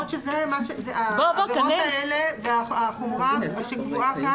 העבירות האלה והחומרה שקבועה כאן